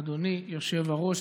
אדוני היושב-ראש,